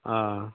ꯑꯥ